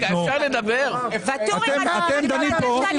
אתם דנים פה --- ואטורי,